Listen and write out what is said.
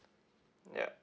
yup